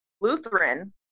Lutheran